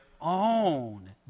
own